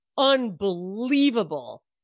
unbelievable